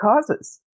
causes